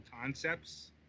concepts